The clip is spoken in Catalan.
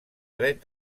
dret